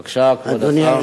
בבקשה, כבוד השר.